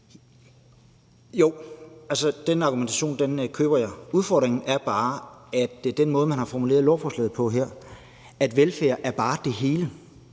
Jo, den argumentation køber jeg. Udfordringen er bare den måde, man har formuleret lovforslaget på, altså at velfærd bare er det hele.